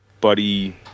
Buddy